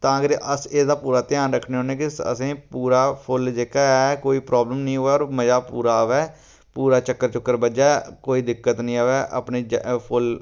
तां करियै अस एह्दा पूरा ध्यान रक्खने होन्ने के असेंई पूरा फुल्ल जेह्का ऐ कोई प्राब्लम नी होऐ होर मजा पूरा आवै पूरा चक्कर चुक्कर बज्जै कोई दिक्कत नी आवै अपनी फोल्ल